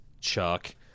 Chuck